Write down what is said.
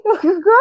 Girl